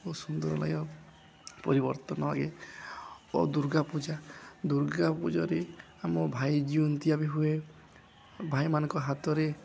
ବହୁତ ସୁନ୍ଦର ଲାଗେ ପରିବର୍ତ୍ତନ ଲାଗେ ଓ ଦୁର୍ଗା ପୂଜା ଦୁର୍ଗା ପୂଜାରେ ଆମ ଭାଇ ଜିଉନ୍ତିଆ ବି ହୁଏ ଭାଇମାନଙ୍କ ହାତରେ